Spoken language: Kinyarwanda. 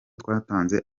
twatanze